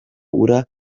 ura